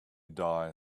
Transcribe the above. die